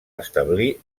establir